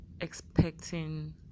expecting